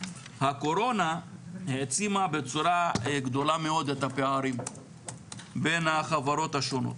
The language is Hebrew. הקורונה העצימה בצורה גדולה מאוד את הפערים בין החברות השונות,